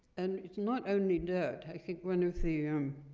and it's not only dirt. i think one of the, um